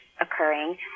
occurring